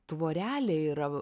tvorelė yra